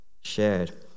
shared